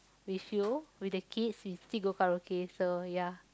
with you with the kids we still go karaoke so ya